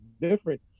different